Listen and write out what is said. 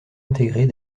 intégrer